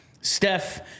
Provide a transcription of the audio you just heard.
Steph